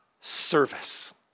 service